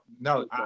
no